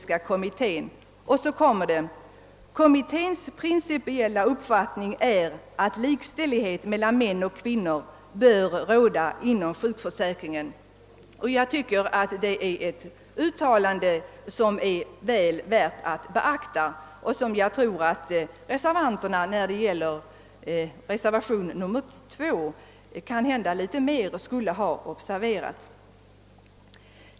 ——— Kommitténs principiella uppfattning är att likställighet mellan män och kvinnor bör råda inom sjukförsäkringen.» Det uttalandet tycker jag är väl värt att beakta, och reservanterna i reservationen II borde kanske ha observerat det litet bättre.